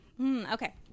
Okay